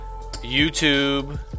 YouTube